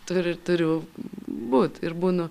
turi turiu būt ir būnu